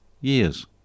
years